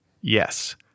Yes